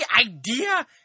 idea